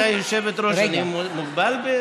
גברתי היושבת-ראש, אני מוגבל?